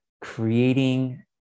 creating